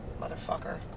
Motherfucker